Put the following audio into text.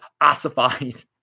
ossified